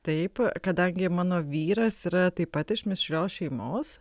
taip kadangi mano vyras yra taip pat iš mišrios šeimos